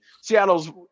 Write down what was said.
Seattle's